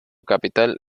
capital